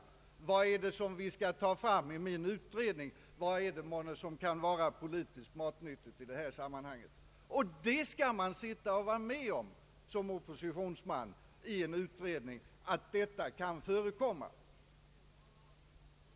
Vad är det som vi skall komma med i min utredning som kan vara politiskt matnyttigt i detta sammanhang? Detta skall man som oppositionsman i en utredning behöva vara med om.